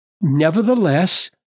Nevertheless